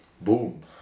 Boom